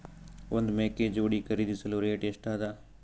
ಒಂದ್ ಮೇಕೆ ಜೋಡಿ ಖರಿದಿಸಲು ರೇಟ್ ಎಷ್ಟ ಅದ?